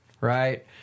right